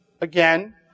again